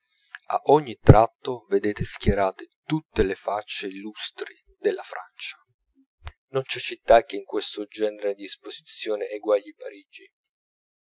a ogni tratto vedete schierate tutte le faccie illustri della francia non c'è città che in questo genere d'esposizione eguagli parigi